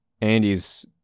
Andy's